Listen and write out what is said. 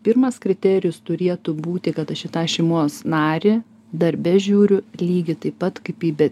pirmas kriterijus turėtų būti kad aš į tą šeimos narį darbe žiūriu lygiai taip pat kaip į